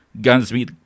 gunsmith